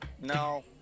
no